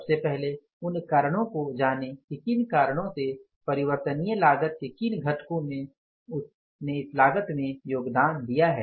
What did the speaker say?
सबसे पहले उन कारणों को जानें कि किन कारणों से परिवर्तनीय लागत के किन घटकों ने उस लागत में योगदान दिया है